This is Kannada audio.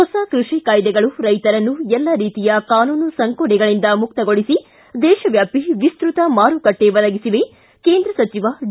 ಹೊಸ ಕೃಷಿ ಕಾಯ್ದೆಗಳು ರೈತರನ್ನು ಎಲ್ಲ ರೀತಿಯ ಕಾನೂನು ಸಂಕೋಲೆಗಳಿಂದ ಮುಕ್ತಗೊಳಿಸಿ ದೇಶವ್ಯಾಪಿ ವಿಸ್ತತ ಮಾರುಕಟ್ಟೆ ಒದಗಿಸಿವೆ ಕೇಂದ್ರ ಸಚಿವ ಡಿ